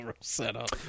setup